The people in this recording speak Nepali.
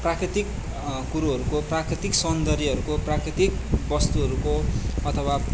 प्राकृतिक कुरोहरूको प्राकृतिक सौन्दर्यहरूको प्राकृतिक वस्तुहरूको अथवा